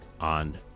on